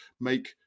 make